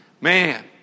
Man